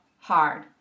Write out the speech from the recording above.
hard